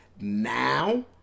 now